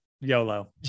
YOLO